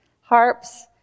harps